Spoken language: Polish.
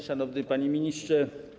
Szanowny Panie Ministrze!